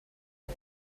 mir